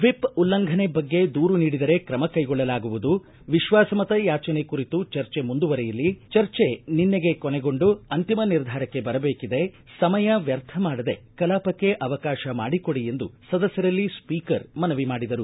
whip ಉಲ್ಲಂಘನೆ ಬಗ್ಗೆ ದೂರು ನೀಡಿದರೆ ಕ್ರಮ ಕೈಗೊಳ್ಳಲಾಗುವುದು ವಿಶ್ವಾಸಮತ ಯಾಚನೆ ಕುರಿತು ಚರ್ಚೆ ಮುಂದುವರೆಯಲಿ ಚರ್ಚೆ ನಿನ್ನೆಗೇ ಕೊನೆಗೊಂಡು ಅಂತಿಮ ನಿರ್ಧಾರಕ್ಕೆ ಬರಬೇಕಿದೆ ಸಮಯ ವ್ಯರ್ಥ ಮಾಡದೆ ಕಲಾಪಕ್ಕೆ ಅವಕಾಶ ಮಾಡಿಕೊಡಿ ಎಂದು ಸದಸ್ಟರಲ್ಲಿ ಸ್ವೀಕರ್ ಮನವಿ ಮಾಡಿದರು